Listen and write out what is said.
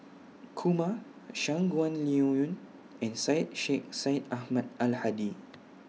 Kumar Shangguan Liuyun and Syed Sheikh Syed Ahmad Al Hadi